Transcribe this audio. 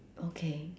okay